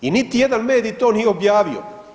I niti jedan medij to nije objavio.